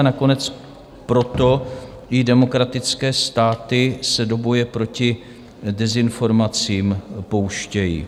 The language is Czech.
Nakonec proto se i demokratické státy do boje proti dezinformacím pouštějí.